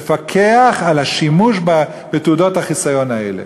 לפקח על השימוש בתעודות החיסיון האלה.